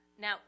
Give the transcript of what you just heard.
Now